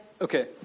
Okay